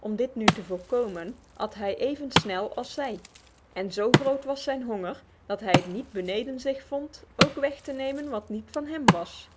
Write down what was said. om dit nu te voorkomen at hij even snel als zij en zo groot was zijn honger dat hij het niet beneden zich vond ook weg te nemen wat niet van hem was